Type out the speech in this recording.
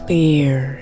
Clear